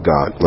God